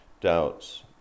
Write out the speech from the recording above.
doubts